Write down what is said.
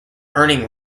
earning